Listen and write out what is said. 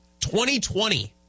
2020